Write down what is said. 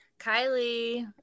kylie